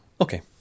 okay